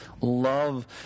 love